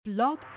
Blog